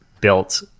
built